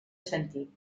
sentit